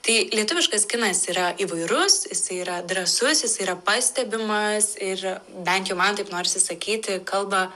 tai lietuviškas kinas yra įvairus jisai yra drąsus jis yra pastebimas ir bent jau man taip norisi sakyti kalba